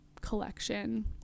collection